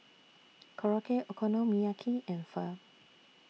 Korokke Okonomiyaki and Pho